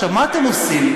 עכשיו, מה אתם עושים?